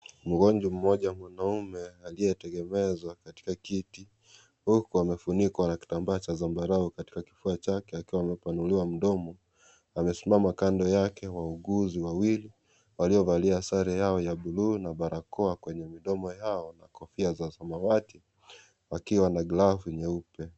Mgonjwa mmoja mwanamume aliyetegemezwa katika kiti huku amefunikwa na kitambaa cha zambarau. Katika kifua chake akiwa amepanuliwa mdomo. Amesimama kando yake wauguzi wawili waliovalia sare yao ya buluu na barakoa kwenye midomo yao na kofia za samawati wakiwa na glavu nyeupe.